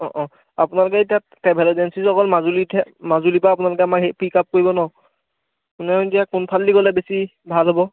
অঁ অঁ আপোনালোকে এতিয়া ট্ৰেভেল এজেন্সিটো অকল মাজুলীতহে মাজুলীৰপৰা আপোনালোকে আমাক হেৰি পিক আপ কৰিব ন মানে এতিয়া কোনফালেদি গ'লে বেছি ভাল হ'ব